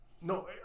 No